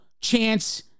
chance